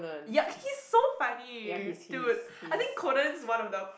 ya he is so funny dude I think Conan is one of the